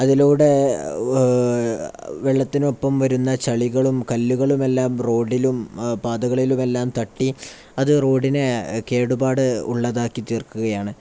അതിലൂടെ വെള്ളത്തിനൊപ്പം വരുന്ന ചളികളും കല്ലുകളുമെല്ലാം റോഡിലും പാതകളിലുമെല്ലാം തട്ടി അത് റോഡിനെ കേടുപാടുള്ളതാക്കി തീർക്കുകയാണ്